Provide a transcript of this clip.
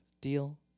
deal